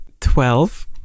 Twelve